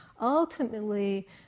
ultimately